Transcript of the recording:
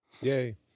Yay